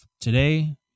today